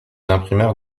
imprimeurs